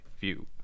view